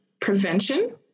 prevention